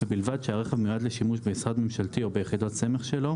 ובלבד שהרכב מיועד לשימוש במשרד ממשלתי או ביחידות הסמך שלו,